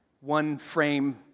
one-frame